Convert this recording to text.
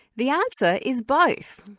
the answer is both.